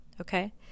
okay